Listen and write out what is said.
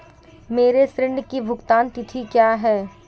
मेरे ऋण की भुगतान तिथि क्या है?